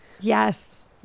Yes